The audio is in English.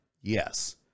Yes